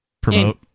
promote